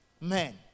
men